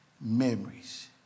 memories